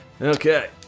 Okay